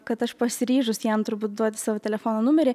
kad aš pasiryžusi jam turbūt duot savo telefono numerį